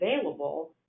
available